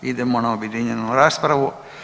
Idemo na objedinjenu raspravu.